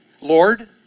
Lord